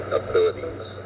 abilities